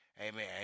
Amen